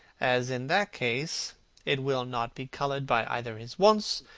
as in that case it will not be coloured by either his wants,